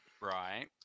right